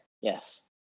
Yes